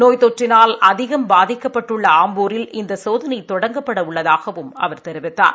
நோய் தொற்றினால் அதிகம் பாதிக்கப்பட்டுள்ள ஆம்பூரில் இந்த சோதனை தொடங்கப்பட உள்ளதாகவும் அவர் தெரிவித்தார்